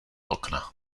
okna